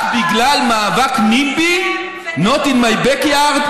רק בגלל מאבק NIMBY, Not In My Back Yard,